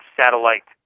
satellite